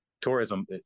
tourism